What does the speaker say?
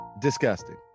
Disgusting